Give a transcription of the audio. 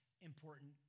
important